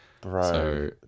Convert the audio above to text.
Bro